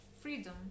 Freedom